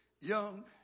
young